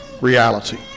reality